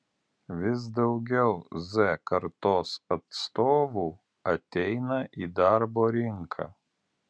vis daugiau z kartos atstovų ateina į darbo rinką